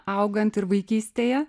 augant ir vaikystėje